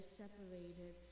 separated